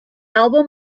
album